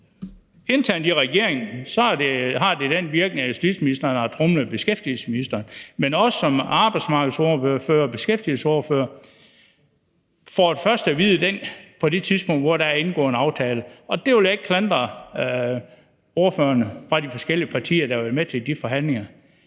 Internt i regeringen har det den virkning, at justitsministeren har tromlet beskæftigelsesministeren, men os som arbejdsmarkedsordførere, som beskæftigelsesordførere, får det først at vide på det tidspunkt, hvor der er indgået en aftale. Og det vil jeg ikke klandre de ordførere fra de forskellige partier, der har været med til de forhandlinger,